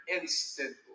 instantly